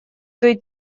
той